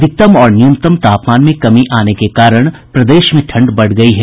अधिकतम और न्यूनतम तापमान में कमी आने के कारण प्रदेश में ठंड बढ़ गयी है